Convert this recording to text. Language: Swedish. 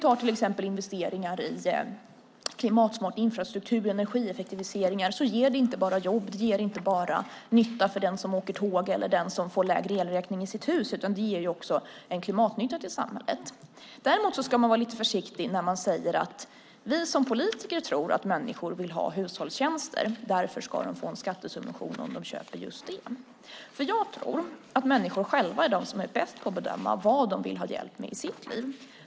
Ta till exempel investeringar i klimatsmart infrastruktur och energieffektiviseringar. De inte bara ger jobb och nytta för dem som åker tåg eller betalar elräkningar för sitt hus, utan de ger också en klimatnytta till samhället. Däremot ska man vara lite försiktig när vi som politiker säger att vi tror att människor vill ha hushållstjänster och att de därför ska få en skattesubvention om de köper just det. Jag tror att människor själva är bäst på att bedöma vad de vill ha hjälp med i sitt liv.